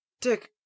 dick